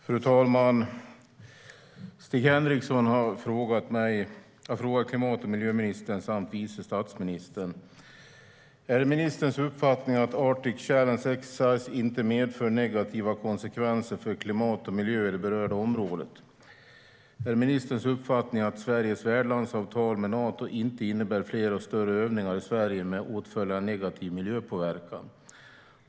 Fru talman! Stig Henriksson har frågat klimat och miljöminister samt vice statsminister Åsa Romson: Är det ministerns uppfattning att Arctic Challenge Exercise inte medför negativa konsekvenser för klimat och miljö i det berörda området? Är det ministerns uppfattning att Sveriges värdlandsavtal med Nato inte innebär fler och större övningar i Sverige, med åtföljande negativ miljöpåverkan?